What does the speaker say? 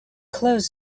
close